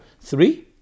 three